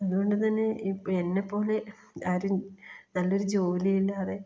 അതുകൊണ്ട് തന്നെ ഇപ്പം എന്നെ പോലെ ആരും നല്ലൊരു ജോലിയില്ലാതെ